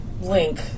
link